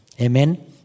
Amen